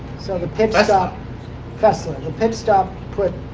so the pit ah stop fassler. the pit stop put